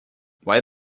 why